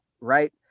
Right